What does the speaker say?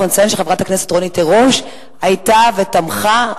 נציין שחברת הכנסת רונית תירוש היתה ותמכה.